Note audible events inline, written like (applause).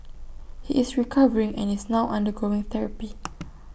he is recovering and is now undergoing therapy (noise)